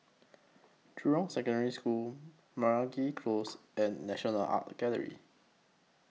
Jurong Secondary School Meragi Close and National Art Gallery